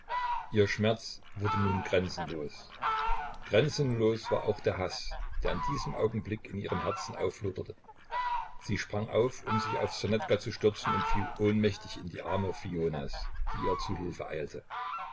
ihr schmerz wurde nun grenzenlos grenzenlos war auch der haß der in diesem augenblick in ihrem herzen aufloderte sie sprang auf um sich auf ssonetka zu stürzen und fiel ohnmächtig in die arme fionas die ihr zu hilfe eilte